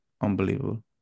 Unbelievable